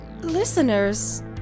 Listeners